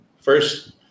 first